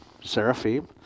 seraphim